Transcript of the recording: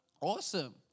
Awesome